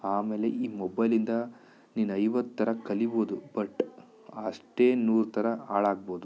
ಆಮೇಲೆ ಈ ಮೊಬೈಲಿಂದ ನೀನು ಐವತ್ತು ಥರ ಕಲಿಬೋದು ಬಟ್ ಅಷ್ಟೇ ನೂರು ಥರ ಹಾಳಾಗಬೋದು